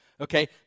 Okay